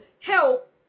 help